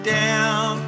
down